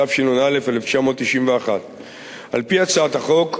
התשנ"א 1991. על-פי הצעת החוק,